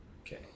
Okay